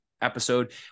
episode